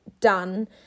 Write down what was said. done